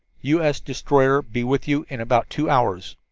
u. s. destroyer be with you in about two hours.